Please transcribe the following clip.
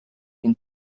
can